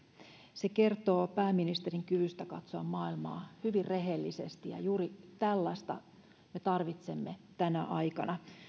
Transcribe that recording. se kertoo pääministerin kyvystä katsoa maailmaa hyvin rehellisesti ja juuri tällaista me tarvitsemme tänä aikana